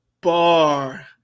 bar